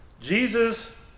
Jesus